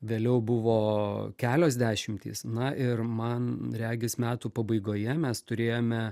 vėliau buvo kelios dešimtys na ir man regis metų pabaigoje mes turėjome